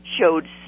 showed